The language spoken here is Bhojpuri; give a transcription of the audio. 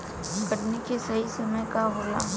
कटनी के सही समय का होला?